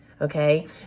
okay